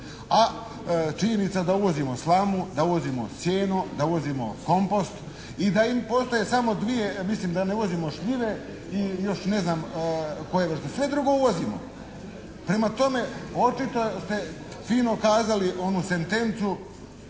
A činjenica da uvozimo slamu, da uvozimo sijeno, da uvozimo kompost i da postoje samo dvije, mislim da ne uvozimo šljive i još neznam koje vrste. Sve drugo uvozimo. Prema tome očito ste fino kazali onu sentencu